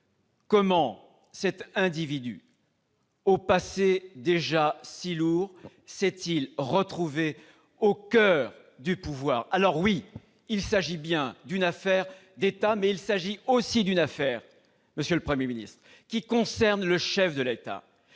Comment cet individu, au passé déjà si lourd, s'est-il retrouvé au coeur du pouvoir ? Oui, il s'agit bien d'une affaire d'État, mais il s'agit aussi d'une affaire, monsieur le Premier ministre, qui concerne le chef de l'État.